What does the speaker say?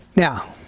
Now